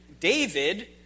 David